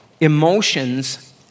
emotions